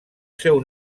seu